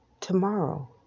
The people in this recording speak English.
tomorrow